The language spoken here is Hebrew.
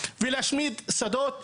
ולהשמיד שדות,